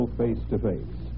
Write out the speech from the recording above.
face-to-face